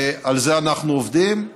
ועל זה אנחנו עובדים.